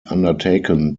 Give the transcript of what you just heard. undertaken